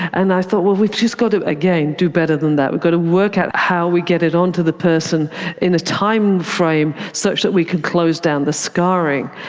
and i thought, well we've just got to, again, do better than that. we've got to work out how we get it on to the person in a timeframe such that we can close down the scarring.